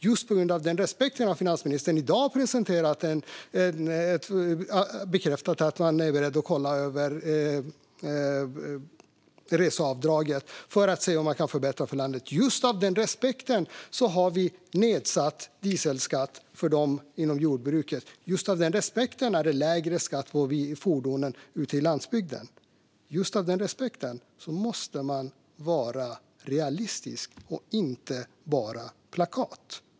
Just på grund av den respekten har finansministern i dag bekräftat att han är beredd att titta över reseavdraget för att se om man kan förbättra för landsbygden. Just på grund av den respekten har vi nedsatt dieselskatt för dem som arbetar inom jordbruket. Just på grund av den respekten är det lägre skatt på fordonen ute på landsbygden. Just av den respekten måste man vara realistisk och inte komma med plakatpolitik.